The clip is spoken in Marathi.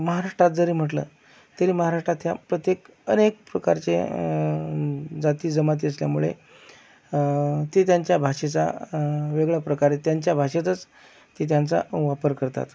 महाराष्ट्रात जरी म्हटलं तरी महाराष्ट्रातल्या प्रतेक अनेक प्रकारचे जातीजमाती असल्यामुळे ते त्यांच्या भाषेचा वेगळ्या प्रकारे त्यांच्या भाषेतच ते त्यांचा वापर करतात